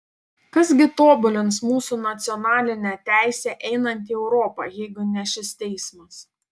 kas gi tobulins mūsų nacionalinę teisę einant į europą jeigu ne šis teismas